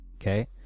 okay